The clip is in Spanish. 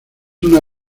una